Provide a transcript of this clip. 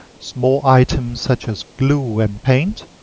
small items such as glue and paint,